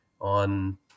on